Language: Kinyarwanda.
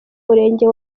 murenge